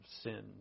sin